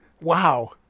Wow